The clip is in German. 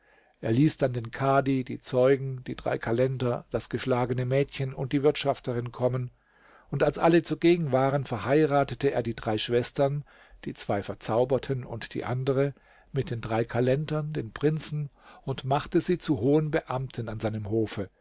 er ließ dann den kadi die zeugen die drei kalender das geschlagene mädchen und die wirtschafterin kommen als alle zugegen waren verheiratete er die drei schwestern die zwei verzauberten und die andere mit den drei kalendern den prinzen und machte sie zu hohen beamten an seinem hofe